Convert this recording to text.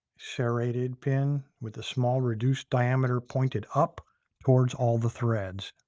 serrated pin with a small reduced diameter, pointed up towards all the threads.